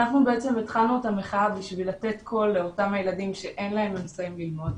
אנחנו התחלנו את המחאה כדי לתת קול לאותם הילדים שאין להם אמצעים ללמוד.